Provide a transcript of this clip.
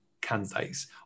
candidates